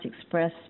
express